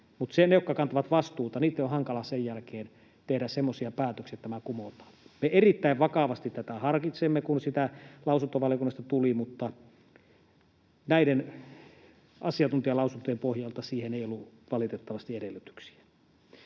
mutta niitten, jotka kantavat vastuuta, on hankala sen jälkeen tehdä semmoisia päätöksiä — että tämä kumotaan. Me erittäin vakavasti tätä harkitsimme, kun sitä näkemystä lausuntovaliokunnasta tuli, mutta näiden asiantuntijalausuntojen pohjalta siihen ei ollut valitettavasti edellytyksiä.